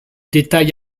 détails